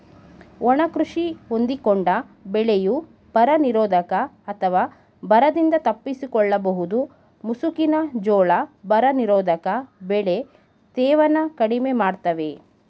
ಒಣ ಕೃಷಿ ಹೊಂದಿಕೊಂಡ ಬೆಳೆಯು ಬರನಿರೋಧಕ ಅಥವಾ ಬರದಿಂದ ತಪ್ಪಿಸಿಕೊಳ್ಳಬಹುದು ಮುಸುಕಿನ ಜೋಳ ಬರನಿರೋಧಕ ಬೆಳೆ ತೇವನ ಕಡಿಮೆ ಮಾಡ್ತವೆ